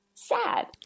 Sad